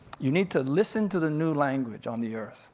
you need to listen to the new language on the earth